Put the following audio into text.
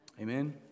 Amen